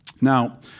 Now